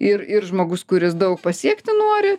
ir ir žmogus kuris daug pasiekti nori